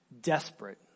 desperate